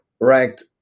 ranked